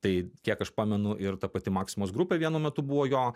tai kiek aš pamenu ir ta pati maksimos grupė vienu metu buvo jo